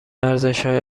ارزشهای